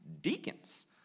deacons